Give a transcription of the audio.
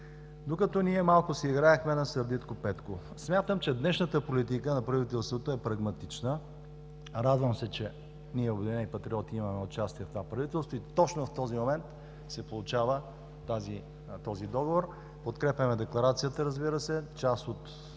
докато ние малко си играехме на „Сърдитко Петко“. Смятам, че днешната политика на правителството е прагматична. Радвам се, че ние „Обединени патриоти“ имаме участие в това правителство и точно в този момент се получава този Договор. Подкрепяме Декларацията, разбира се, част от